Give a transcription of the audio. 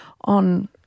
on